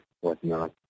whatnot